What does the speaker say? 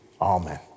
Amen